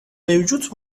mevcut